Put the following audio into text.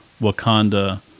Wakanda